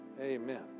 amen